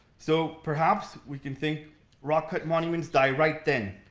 so, perhaps we can think rock cut monuments die right then,